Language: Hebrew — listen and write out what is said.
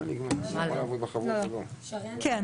בעל רישיון